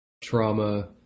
trauma